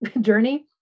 journey